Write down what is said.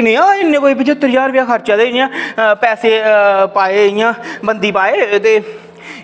ते कनेहा एह् पजहत्तर ज्हार रपेआ खर्चेआ ते इंया पैसे पाये इंया बंदी पाये ते